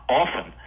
often